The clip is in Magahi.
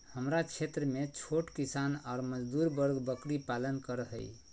हमरा क्षेत्र में छोट किसान ऑर मजदूर वर्ग बकरी पालन कर हई